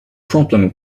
problem